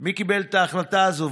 3. מי קיבל את החלטה הזאת,